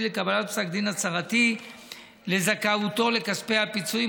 לקבלת פסק דין הצהרתי לזכאותו לכספי הפיצויים,